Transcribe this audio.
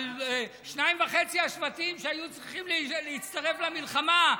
על שניים וחצי השבטים שהיו צריכים להצטרף למלחמה.